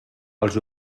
els